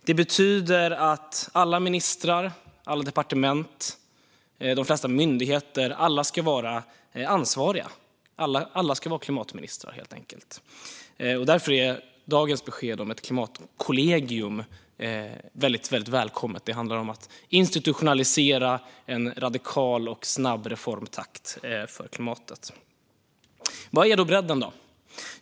Det betyder att alla ministrar, alla departement och de flesta myndigheter ska vara ansvariga. Alla ska vara klimatministrar, helt enkelt. Därför är dagens besked om ett klimatkollegium väldigt välkommet. Det handlar om att institutionalisera en radikal och snabb reformtakt för klimatet. Vad är då bredden?